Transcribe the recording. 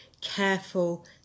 careful